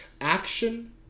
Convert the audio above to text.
action